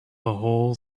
whole